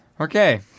okay